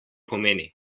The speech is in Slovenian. pomeni